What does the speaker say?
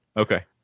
Okay